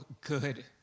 good